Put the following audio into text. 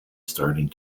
starting